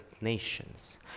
nations